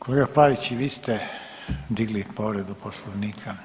Kolega Pavić i vi ste digli povredu Poslovnika?